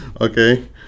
Okay